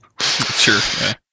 sure